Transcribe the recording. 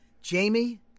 Jamie